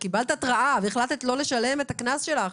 קיבלת התראה והחלטת לא לשלם את הקנס שלך,